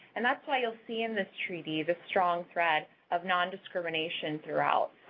and that's why you'll see in this treaty this strong thread of nondiscrimination throughout.